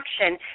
action